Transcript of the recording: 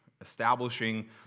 establishing